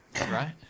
right